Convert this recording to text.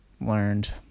learned